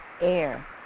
air